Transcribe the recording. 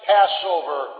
Passover